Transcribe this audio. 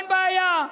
אין בעיה,